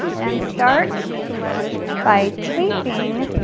and start by taping